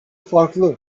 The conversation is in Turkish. farklı